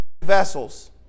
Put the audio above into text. vessels